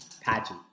patchy